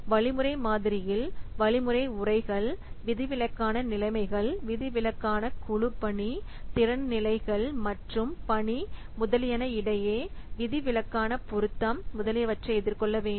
வழிமுறை மாதிரியில் வழிமுறை உரைகள் விதிவிலக்கான நிலைமைகள் விதிவிலக்கான குழு பணி திறன் நிலைகள் மற்றும் பணி முதலியன இடையே விதிவிலக்கான பொருத்தம் முதலியவற்றை எதிர்கொள்ளவேண்டும்